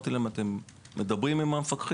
אמרתי להם: אתם מדברים עם המפקחים,